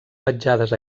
petjades